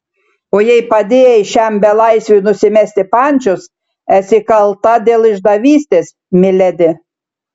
o jei padėjai šiam belaisviui nusimesti pančius esi kalta dėl išdavystės miledi